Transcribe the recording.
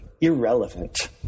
irrelevant